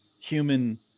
human